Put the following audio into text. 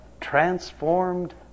transformed